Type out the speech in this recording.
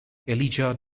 elijah